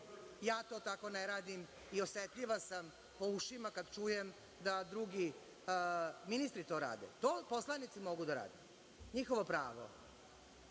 Ja to tako ne radim i osetljiva sam po ušima kad čujem da drugi ministri to rade. To poslanici mogu da rade, njihovo pravo,